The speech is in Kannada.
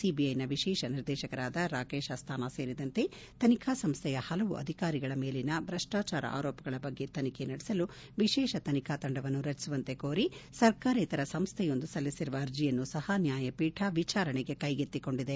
ಸಿಬಿಐನ ವಿಶೇಷ ನಿರ್ದೇಶಕರಾದ ರಾಕೇಶ್ ಅಸ್ತಾನಾ ಸೇರಿದಂತೆ ತನಿಖಾ ಸಂಸ್ಟೆಯ ಹಲವು ಅಧಿಕಾರಿಗಳ ಮೇಲಿನ ಭ್ರಷ್ಟಾಚಾರ ಆರೋಪಗಳ ಬಗ್ಗೆ ತನಿಖೆ ನಡೆಸಲು ವಿಶೇಷ ತನಿಖಾ ತಂಡವನ್ನು ರಚಿಸುವಂತೆ ಕೋರಿ ಸರ್ಕಾರೇತರ ಸಂಸ್ಟೆಯೊಂದು ಸಲ್ಲಿಸಿರುವ ಅರ್ಜೆಯನ್ನೂ ಸಹ ನ್ಯಾಯಪೀಠ ವಿಚಾರಣೆಗೆ ಕೈಗೆತ್ತಿಕೊಂಡಿದೆ